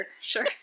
sure